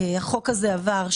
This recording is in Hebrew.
החוק הזה עבר,